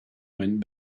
went